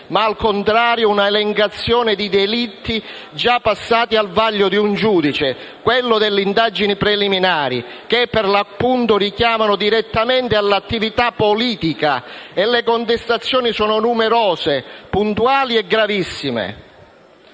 ma, al contrario, una elencazione di delitti già passati al vaglio di un giudice, quello delle indagini preliminari che, per l'appunto, richiamano direttamente all'attività politica; e le contestazioni sono numerose, puntuali e gravissime.